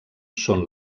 són